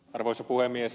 arvoisa puhemies